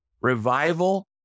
revival